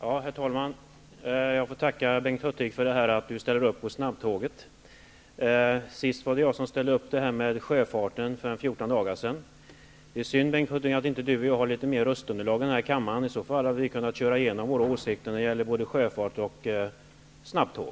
Herr talman! Jag får tacka Bengt Hurtig för att han ställer upp för snabbtåget. För 14 dagar sedan var det jag som ställde mig bakom ett förslag om sjöfarten. Det är synd att Bengt Hurtig och jag inte har större röstunderlag i kammaren, för i så fall hade vi kunnat genomföra våra åsikter när det gäller både sjöfart och snabbtåg.